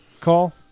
call